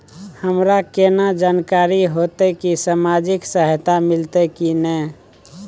हमरा केना जानकारी होते की सामाजिक सहायता मिलते की नय?